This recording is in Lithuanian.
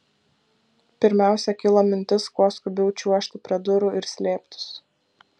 pirmiausia kilo mintis kuo skubiau čiuožti prie durų ir slėptis